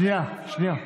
שנייה, שנייה.